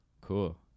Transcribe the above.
cool